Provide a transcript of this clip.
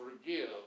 forgive